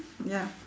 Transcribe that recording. ya